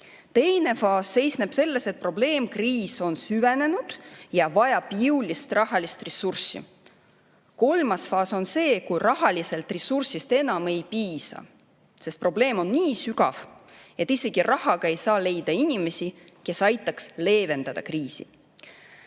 Teine faas seisneb selles, et probleem, kriis on süvenenud ja vajab jõulist rahalist ressurssi. Kolmas faas on see, kui rahalisest ressursist enam ei piisa, sest probleem on nii sügav, et isegi rahaga ei saa leida inimesi, kes aitaks kriisi